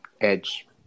edge